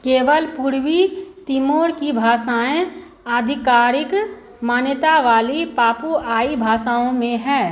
केवल पूर्वी तिमोर की भाषाएँ आधिकारिक मान्यता वाली पापुआई भाषाओं में है